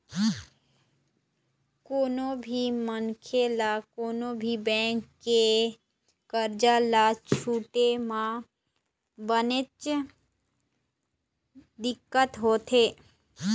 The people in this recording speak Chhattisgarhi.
कोनो भी मनखे ल कोनो भी बेंक के करजा ल छूटे म बनेच दिक्कत होथे